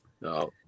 no